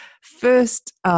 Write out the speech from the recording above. First